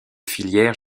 filières